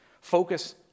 focus